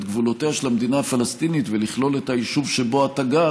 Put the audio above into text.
גבולותיה של המדינה הפלסטינית ולכלול את היישוב שבו אתה גר,